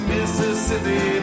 Mississippi